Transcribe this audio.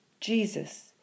Jesus